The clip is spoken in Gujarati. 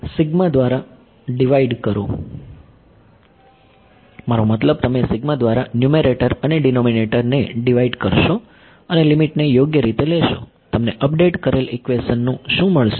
સિગ્મા દ્વારા ડિવાઈડ કરો મારો મતલબ તમે સિગ્મા દ્વારા ન્યુમેરેટર અને ડીનોમીનેટર ને ડિવાઈડ કરશો અને લીમીટને યોગ્ય રીતે લેશો તમને અપડેટ કરેલ ઇક્વેશન શું મળશે